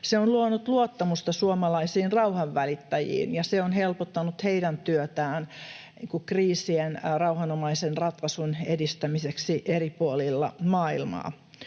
se on luonut luottamusta suomalaisiin rauhanvälittäjiin ja se on helpottanut heidän työtään kriisien rauhanomaisen ratkaisun edistämiseksi eri puolilla maailmaa.